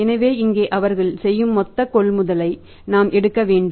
எனவே இங்கே அவர்கள் செய்யும் மொத்த கொள்முதலை நாம் எடுக்க வேண்டும்